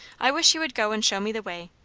i wish you would go and show me the way.